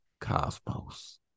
cosmos